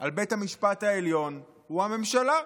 על בית המשפט העליון הוא הממשלה.